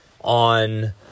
on